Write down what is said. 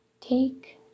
take